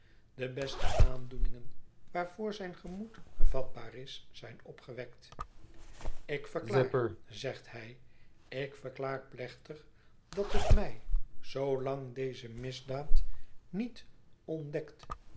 de beste aandoeningen waarvoor zijn gemoed vatbaar is zijn opgewekt ik verklaar zegt hij ik verklaar plechtig dat het mij zoolang deze misdaad niet ontdekt